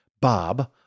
Bob